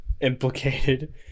Implicated